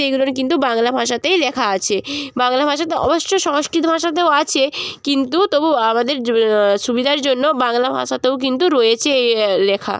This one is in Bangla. এগুলোর কিন্তু বাংলা ভাষাতেই লেখা আছে বাংলা ভাষা তো অবশ্যই সংস্কৃত ভাষাতেও আছে কিন্তু তবু আমাদের সুবিধার জন্য বাংলা ভাষাতেও কিন্তু রয়েছে লেখা